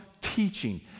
teaching